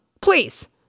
please